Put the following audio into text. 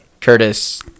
Curtis